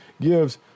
gives